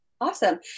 Awesome